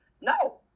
no